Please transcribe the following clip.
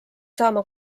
saama